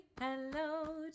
Hello